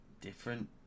different